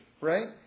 Right